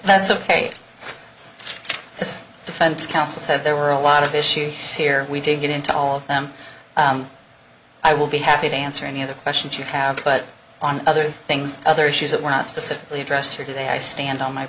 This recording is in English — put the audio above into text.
that's ok this defense counsel said there were a lot of issues here we didn't get into all of them and i will be happy to answer any other questions you have put on other things other issues that were not specifically addressed here today i stand by my